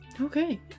Okay